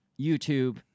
YouTube